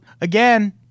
again